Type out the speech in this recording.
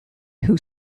who